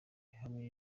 ihamye